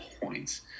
points